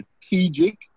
strategic